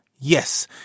Yes